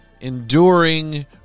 enduring